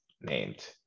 named